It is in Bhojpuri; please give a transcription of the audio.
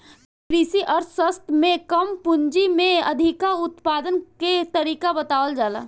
कृषि अर्थशास्त्र में कम पूंजी में अधिका उत्पादन के तरीका बतावल जाला